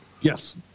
yes